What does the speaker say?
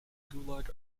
gulag